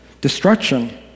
Destruction